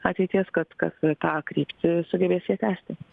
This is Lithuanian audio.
ateities kad kad tą kryptį sugebės jie tęsti